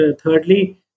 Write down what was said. thirdly